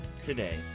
today